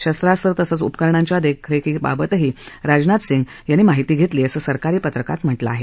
शस्त्रास्त्र तसंच उपकरणांच्या देखरेखीबाबतही राजनाथ सिंह यांनी माहिती घेतली असं सरकारी पत्रकात म्हटलं आहे